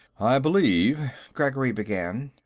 i believe, gregory began,